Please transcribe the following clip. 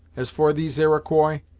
as for these iroquois,